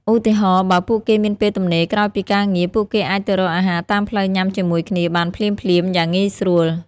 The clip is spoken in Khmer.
ឧទាហរណ៍៖ បើពួកគេមានពេលទំនេរក្រោយពីការងារ ពួកគេអាចទៅរកអាហារតាមផ្លូវញ៉ាំជាមួយគ្នាបានភ្លាមៗ យ៉ាងងាយស្រួល។